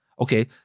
Okay